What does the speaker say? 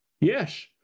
Yes